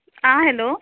आं हॅलो